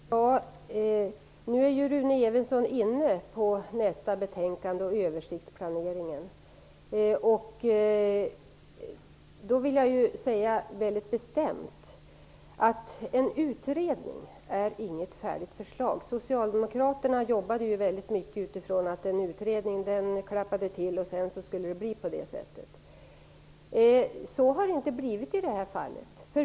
Fru talman! Nu kom Rune Evensson in på nästa betänkande och översiktsplaneringen. Jag vill väldigt bestämt säga att en utredning inte är något färdigt förslag. Socialdemokraterna arbetade i stor utsträckning enligt principen att en utredning klappade till och sedan skulle det bli på det sättet. Men så har det inte blivit i det här fallet.